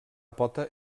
pota